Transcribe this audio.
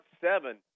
seven